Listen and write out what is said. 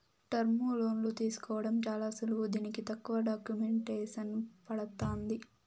టర్ములోన్లు తీసుకోవడం చాలా సులువు దీనికి తక్కువ డాక్యుమెంటేసన్ పడతాంది